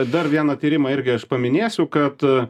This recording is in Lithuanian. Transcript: dar vieną tyrimą irgi aš paminėsiu kad